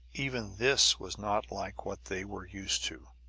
even this was not like what they were used to,